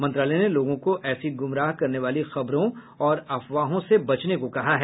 मंत्रालय ने लोगों को ऐसी गुमराह करने वाली खबरों और अफवाहों से बचने को कहा है